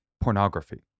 pornography